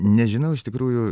nežinau iš tikrųjų